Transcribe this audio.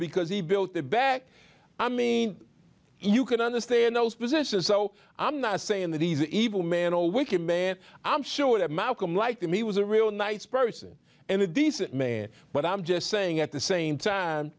because he built the bag i mean you can understand those positions so i'm not saying that these evil man a wicked man i'm sure that malcolm like me was a real nice person and a decent man but i'm just saying at the same time